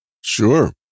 sure